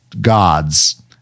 gods